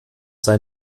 sein